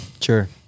Sure